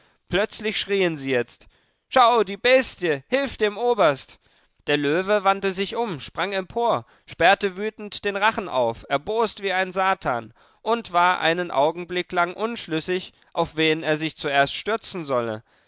plötzlich schrien sie jetzt schau die bestie hilf dem oberst der löwe wandte sich um sprang empor sperrte wütend den rachen auf erbost wie ein satan und war einen augenblick lang unschlüssig auf wen er sich zuerst stürzen solle